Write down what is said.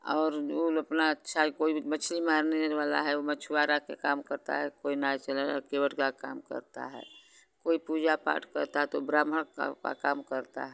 और अपना अच्छा कोई मछली मारने वाला है वो मछुआरा के काम करता है कोई नाव चलाने वाला केवट का काम करता है कोई पूजा पाठ करता है तो ब्राह्मण का का काम करता है